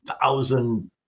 thousand